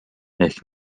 ehk